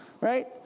Right